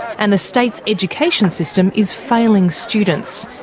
and the state's education system is failing students,